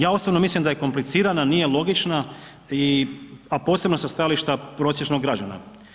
Ja osobno mislim da je komplicirana, nije logična, a posebno sa stajališta prosječnog građana.